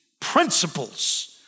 principles